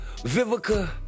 Vivica